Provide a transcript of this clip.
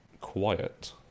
quiet